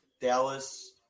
Dallas